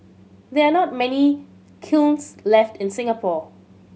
there are not many kilns left in Singapore